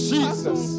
Jesus